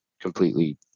completely